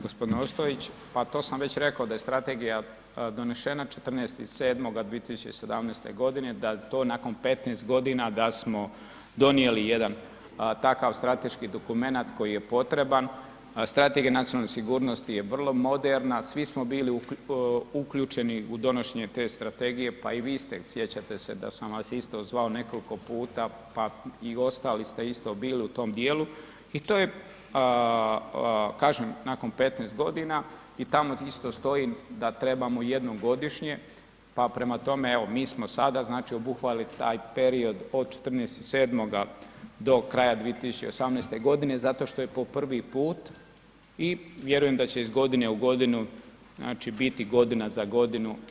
g. Ostojić, pa to sam već rekao da je strategija donešena 14.7.2017.g., da to nakon 15.g. da smo donijeli jedan takav strateški dokumenat koji je potreban, a strategija nacionalne sigurnosti je vrlo moderna, svi smo bili uključeni u donošenje te strategije, pa i vi ste, sjećate se da sam vas isto zvao nekoliko puta, pa i ostali ste isto bili u tom dijelu i to je, kažem nakon 15.g. i tamo isto stojim da trebamo jednom godišnje, pa prema tome, evo mi smo sada znači obuhvatili taj period od 14.7. do kraja 2018.g. zato što je po prvi put i vjerujem da će iz godine u godinu znači biti godina za godinu.